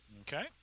okay